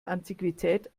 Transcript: antiquität